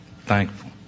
thankful